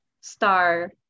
star